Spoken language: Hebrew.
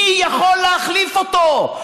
מי יכול להחליף אותו?